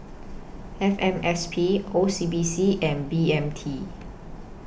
F M S P O C B C and B M T